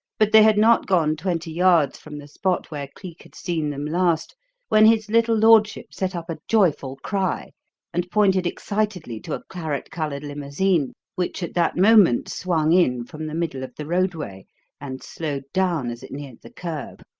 but they had not gone twenty yards from the spot where cleek had seen them last when his little lordship set up a joyful cry and pointed excitedly to a claret-coloured limousine which at that moment swung in from the middle of the roadway and slowed down as it neared the kerb.